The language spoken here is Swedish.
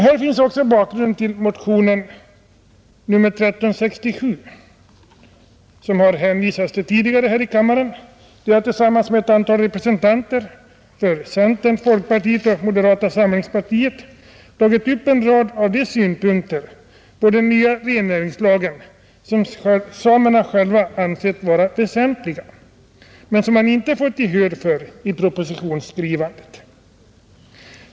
Här finns också en bakgrund till motion 1367 — det har hänvisats till den tidigare i kammaren — där jag tillsammans med ett antal representanter för centern, folkpartiet och moderata samlingspartiet tagit upp en rad av de synpunkter på den nya rennäringslagen som samerna själva ansett vara väsentliga men som de inte fått gehör för vid propositionsskrivandet.